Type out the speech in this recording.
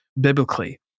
biblically